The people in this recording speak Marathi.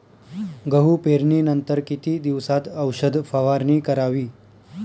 गहू पेरणीनंतर किती दिवसात औषध फवारणी करावी?